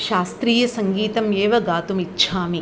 शास्त्रीयसङ्गीतम् एव गातुम् इच्छामि